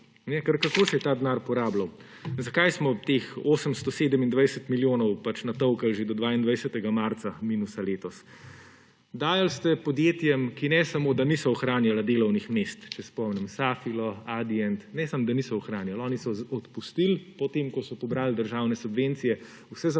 kako se je ta denar porabljal? Zakaj smo teh 827 milijonov minusa natolkli že do 22. marca letos? Dajali ste podjetjem, ki ne samo, da niso ohranjala delovnih mest – če spomnim na Safilo, Adient, ne samo, da niso ohranjali – oni so odpustili, potem ko so pobrali državne subvencije, vse zaposlene